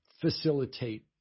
facilitate